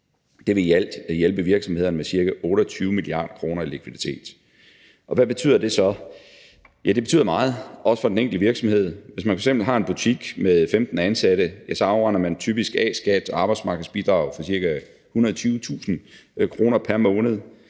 Det vil i alt hjælpe virksomhederne med ca. 28 mia. kr. i likviditet. Hvad betyder det så? Ja, det betyder meget, også for den enkelte virksomhed. Hvis man f.eks. har en butik med 15 ansatte, afregner man typisk A-skat og arbejdsmarkedsbidrag for ca. 120.000 kr. pr. måned,